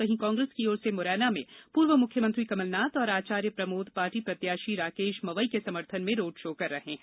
वहीं कांग्रेस की ओर से मुरैना में पूर्व मुख्यमंत्री कमलनाथ और आचार्य प्रमोद पार्टी प्रत्याशी राकेश मवई के समर्थन में रोड शो कर रहे हैं